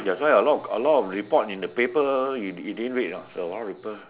that's why a lot a lot of report in the paper you did you didn't read you know on the paper